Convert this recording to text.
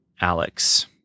alex